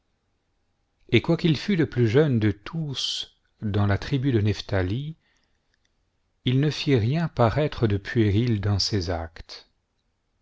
et quoiqu'il fût le plus jeune de tous dans la tribu de nephthali il ne fitrien paraître de puéril dans ses actes